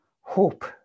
hope